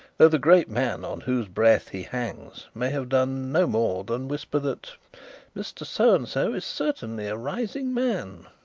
though the great man on whose breath he hangs may have done no more than whisper that mr so-and-so is certainly a rising man